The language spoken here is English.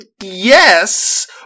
Yes